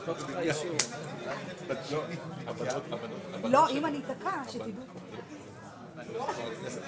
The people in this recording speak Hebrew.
כי גם רבים מהעצמאים מבקשים זאת ואנחנו כאן עבורם ולמענם.